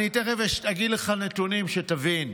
אני תכף אגיד לך נתונים שתבין,